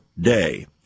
day